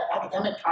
academic